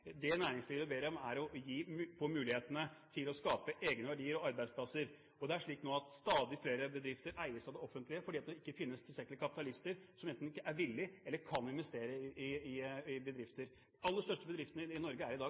Det næringslivet ber om, er å få muligheten til å skape egne verdier og arbeidsplasser. Det er slik nå at stadig flere bedrifter eies av det offentlige, fordi det ikke finnes tilstrekkelig med kapitalister som enten er villige til å eller kan investere i bedrifter. De aller største bedriftene i Norge i dag er eid av det offentlige, og det går i